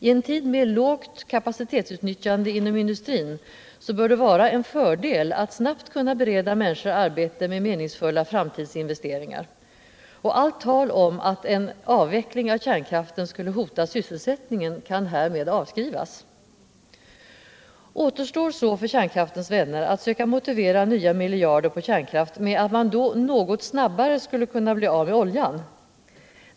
I en tid med lågt kapacitetsutnyttjande inom industrin bör det vara en fördel att snabbt kunna bereda människor arbete med meningsfulla framtidsinvesteringar. Och allt tal om att en avveckling av kärnkraften skulle hota sysselsättningen kan härmed avskrivas. Återstår så för kärnkraftens vänner att söka motivera nya miljarder på kärnkraft med att man då något snabbare skulle kunna bli av med oljan.